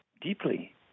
deeply